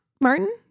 Martin